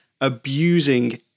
abusing